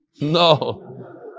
No